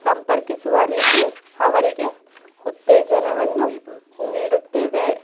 ಸಂಪರ್ಕಿಸುವ ರೀತಿ ಅವರಿಗೆ ಉತ್ತೇಜನವನ್ನು ನೀಡುತ್ತೇವೆ